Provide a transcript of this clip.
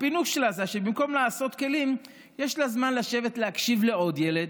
הפינוק שלה זה שבמקום לעשות כלים יש לה זמן לשבת להקשיב לעוד ילד